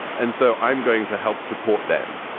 and so i'm going to help support them.